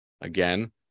again